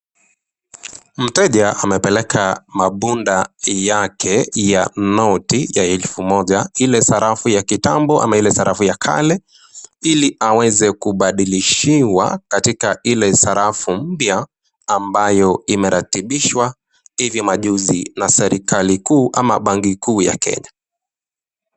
Mteja amepeleka mabunda yake ya noti ya elfu moja ile sarafu ya kitambo ama ile sarafa ya kale ili aweze kubadilishiwa katika ile sarafu mpya ambayo imeratibishwa hivi majuzi na serikali kuu ama banki kuu ya Kenya.